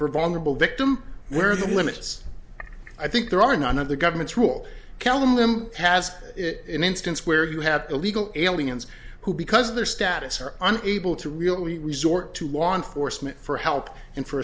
vulnerable victim where the limits i think there are none of the government's rule kellam has in instance where you have illegal aliens who because of their status are able to really resort to law enforcement for help and for